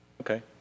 Okay